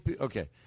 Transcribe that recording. Okay